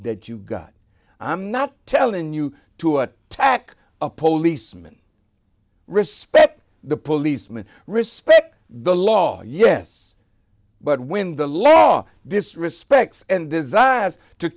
that you got i'm not tellin you to what tack a pollie sman respect the policeman respect the law yes but when the law disrespects and desires to